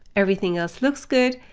everything else looks good.